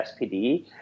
SPD